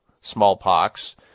smallpox